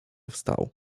wstał